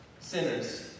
sinners